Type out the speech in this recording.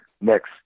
next